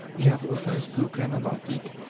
we have often spoken about it.